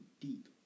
deep